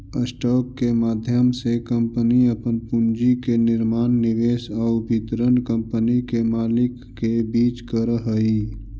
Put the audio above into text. stock के माध्यम से कंपनी अपन पूंजी के निर्माण निवेश आउ वितरण कंपनी के मालिक के बीच करऽ हइ